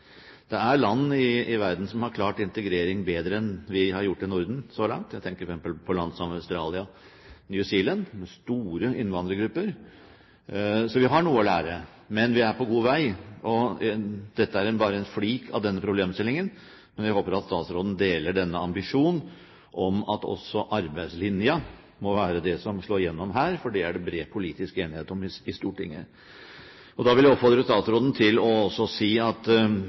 Det er land i verden som har klart integrering bedre enn vi har gjort det i Norden så langt – jeg tenker f.eks. på land som Australia og New Zealand, med store innvandrergrupper. Så vi har noe å lære, men vi er på god vei. Dette er bare en flik av denne problemstillingen, men jeg håper at statsråden deler denne ambisjon om at også arbeidslinja må være det som slår igjennom her, for det er det bred politisk enighet om i Stortinget. Da vil jeg oppfordre statsråden til, når hun sier at